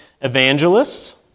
evangelists